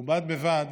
ובד בבד